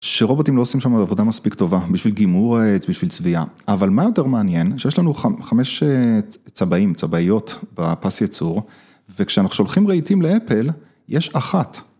שרובוטים לא עושים שם עבודה מספיק טובה, בשביל גימור עץ, בשביל צביעה. אבל מה יותר מעניין, שיש לנו חמש צבעים, צבעיות, בפס ייצור, וכשאנחנו שולחים רהיטים לאפל, יש אחת.